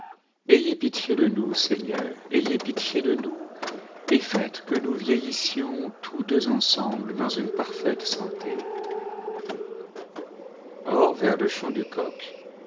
ayez pitié de nous seigneur ayez pitié de nous et faites que nous vieillissions tous deux ensemble dans une parfaite santé or vers le chant du coq